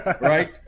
right